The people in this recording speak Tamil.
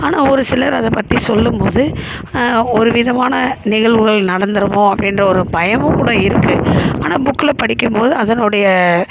ஆனால் ஒரு சிலர் அதை பற்றி சொல்லும் போது ஒரு விதமான நிகழ்வுகள் நடந்துவிடுமோ அப்படின்ற ஒரு பயமும் கூட இருக்குது ஆனால் புக்கில் படிக்கும் போது அதனுடைய